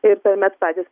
ir tuomet patys